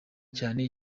cyane